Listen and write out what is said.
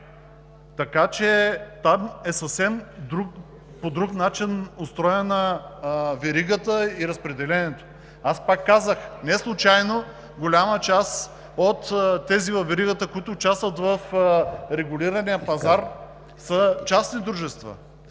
така че там по съвсем друг начин е устроена веригата и разпределението. Аз пак казах, неслучайно голяма част от тези във веригата, които участват в регулирания пазар, са частни дружества